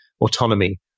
autonomy